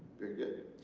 very good.